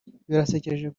birasekeje